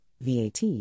VAT